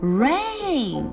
rain